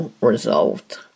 resolved